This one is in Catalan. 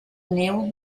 niu